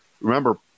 remember